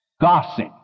gossip